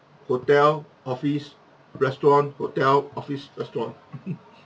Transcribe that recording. hotel office restaurant hotel office restaurant